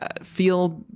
feel